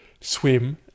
swim